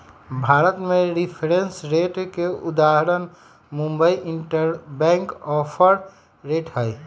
भारत में reference rate के उदाहरण मुंबई इंटरबैंक ऑफर रेट हइ